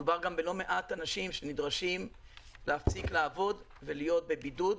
מדובר גם על לא מעט אנשים שנדרשים להפסיק לעבוד ולהיות בבידוד,